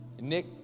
Nick